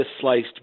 sliced